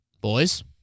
boys